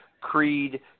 creed